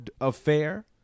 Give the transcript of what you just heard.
affair